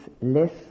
less